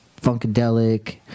funkadelic